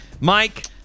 Mike